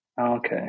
Okay